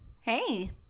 hey